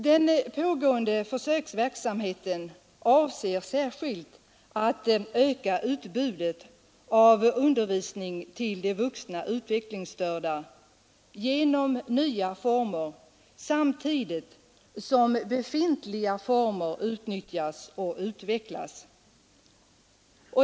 Den pågående försöksverksamheten avser särskilt att öka utbudet av undervisning till de vuxna utvecklingsstörda genom nya former samtidigt som befintliga former utnyttjas och utvecklas.